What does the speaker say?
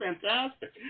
fantastic